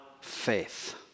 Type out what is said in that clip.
faith